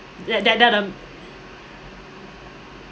tha~ that um